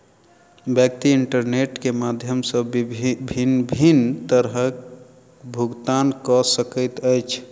व्यक्ति इंटरनेट के माध्यम सॅ भिन्न भिन्न तरहेँ भुगतान कअ सकैत अछि